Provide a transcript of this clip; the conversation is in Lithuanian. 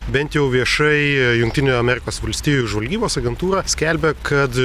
bent jau viešai jungtinių amerikos valstijų žvalgybos agentūra skelbia kad